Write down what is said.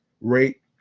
rate